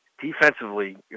defensively